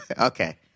Okay